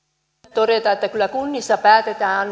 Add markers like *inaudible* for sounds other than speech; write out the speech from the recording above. todeta että kyllä kunnissa päätetään *unintelligible*